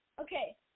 Okay